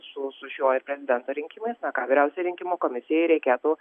su su šiuo ir prezidento rinkimais na ką vyriausiai rinkimų komisijai reikėtų